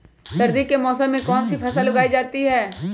सर्दी के मौसम में कौन सी फसल उगाई जाती है?